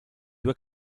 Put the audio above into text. due